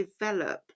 develop